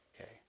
okay